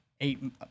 eight